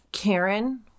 Karen